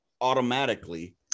automatically